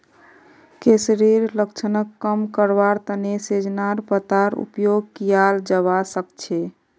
कैंसरेर लक्षणक कम करवार तने सजेनार पत्तार उपयोग कियाल जवा सक्छे